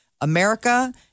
America